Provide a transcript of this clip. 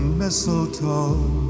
mistletoe